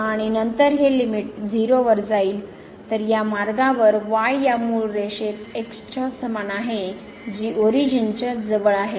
तर या मार्गावर y या मूळ रेषेत x च्या समान आहे जी ओरिजिन च्या जवळ आहे